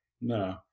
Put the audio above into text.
No